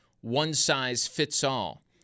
one-size-fits-all